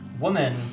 woman